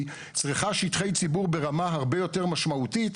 צריכה שטחי ציבור ברמה הרבה יותר משמעותית.